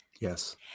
Yes